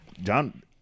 John